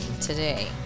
today